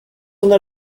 una